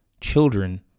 children